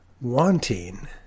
wanting